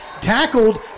Tackled